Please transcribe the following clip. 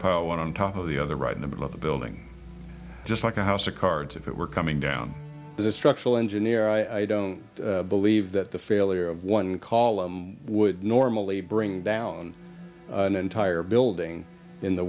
power went on top of the other right in the middle of the building just like a house of cards if it were coming down as a structural engineer i don't believe that the failure of one call it would normally bring down an entire building in the